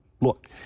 Look